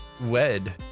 wed